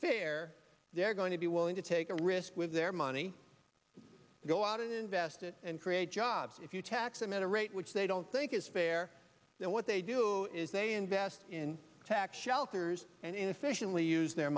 fair they're going to be willing to take a risk with their money go out and invest it and create jobs if you tax them at a rate which they don't think is fair and what they do is they invest in tax shelters and efficiently use their